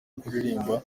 kuririmba